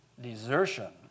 desertion